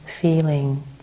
feeling